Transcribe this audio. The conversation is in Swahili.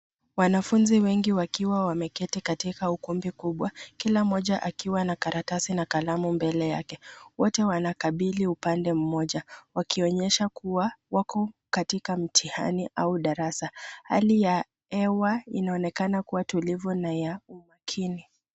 Wanafunzi wengi wakiwa wameketi katika ukumbi kubwa, kila mmoja akiwa na karatasi na kalamu mbele yake. Wote wanakabili upande mmoja wakionyesha kuwa wako katika mtihani au darasa. Hali ya hewa inaonekana kuwa tulivu na ya umakini.